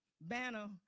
banner